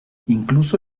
incluso